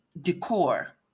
decor